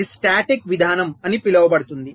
ఇది స్టాటిక్ విధానం అని పిలవబడుతుంది